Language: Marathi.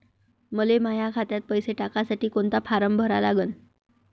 मले माह्या खात्यात पैसे टाकासाठी कोंता फारम भरा लागन?